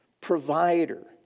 provider